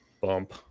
bump